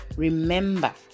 Remember